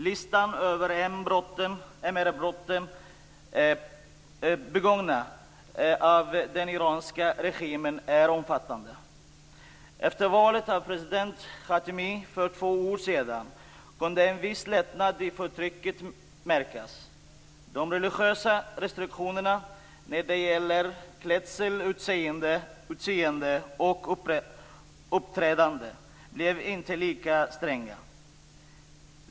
Listan över MR-brott begångna av den iranska regimen är omfattande. Efter valet av president Khatami för två år sedan kunde en viss lättnad i förtrycket märkas. De religiösa restriktionerna när det gäller klädsel, utseende och uppträdande blev inte lika stränga.